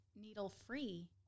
needle-free